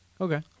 Okay